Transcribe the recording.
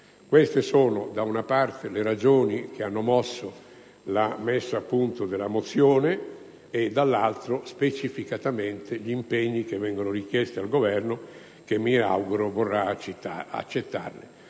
Queste sono, da una parte, le ragioni che hanno mosso la presentazione della mia mozione e, dall'altra, specificamente gli impegni che vengono richiesti al Governo, che mi auguro vorrà accettare.